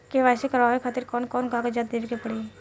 KYC करवावे खातिर कौन कौन कागजात देवे के पड़ी?